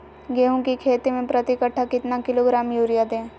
गेंहू की खेती में प्रति कट्ठा कितना किलोग्राम युरिया दे?